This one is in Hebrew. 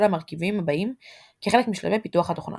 המרכיבים הבאים כחלק משלבי פיתוח התוכנה